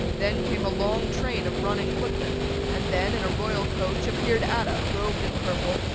then came a long train of running footmen and then, in a royal coach, appeared adda, robed in purple,